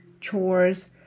chores